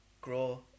grow